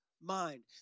mind